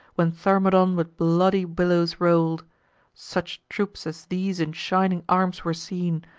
when thermodon with bloody billows roll'd such troops as these in shining arms were seen,